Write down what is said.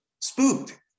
Spooked